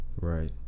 right